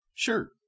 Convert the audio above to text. Sure